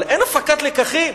אבל אין הפקת לקחים?